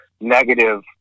negative